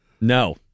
No